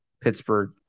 Pittsburgh